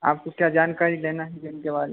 आपको क्या जानकारी लेना है जिम के बारे में